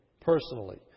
personally